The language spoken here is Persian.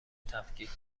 تفکیک